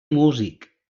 músic